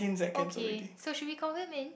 okay so should we call him in